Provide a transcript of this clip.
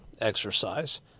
exercise